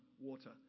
Water